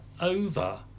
over